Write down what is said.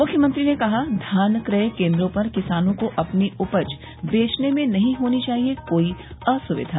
मुख्यमंत्री ने कहा धान क्रय केन्द्रों पर किसानों को अपनी उपज बेचने में नहीं होनी चाहिये कोई असुविधा